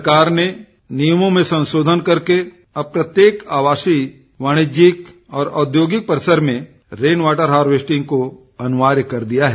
सरकार ने नियमों में संशोधन करके अब प्रत्येक आवासीय वाणिज्यिक और औद्योगिक परिसर में रेन वाटर हार्वेस्टिंग को अनिवार्य कर दिया है